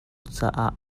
caah